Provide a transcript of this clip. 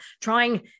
trying